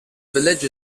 village